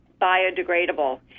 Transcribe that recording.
biodegradable